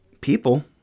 people